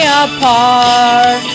apart